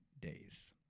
days